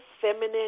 feminine